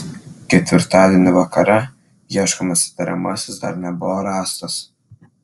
ketvirtadienį vakare ieškomas įtariamasis dar nebuvo rastas